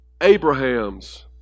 Abraham's